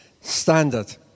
standard